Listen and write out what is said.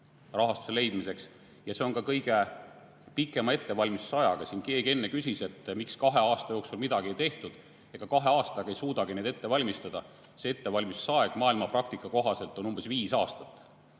rahastuse leidmiseks ja need on ka kõige pikema ettevalmistusajaga. Siin keegi enne küsis, miks kahe aasta jooksul midagi ei tehtud. Ega kahe aastaga ei suudagi neid ette valmistada. Ettevalmistusaeg on maailmapraktika kohaselt umbes viis aastat,